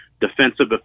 defensive